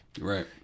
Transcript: right